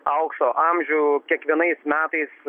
aukso amžių kiekvienais metais